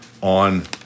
on